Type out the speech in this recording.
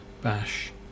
bash